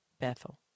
Bethel